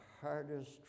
hardest